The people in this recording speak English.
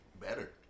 better